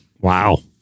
Wow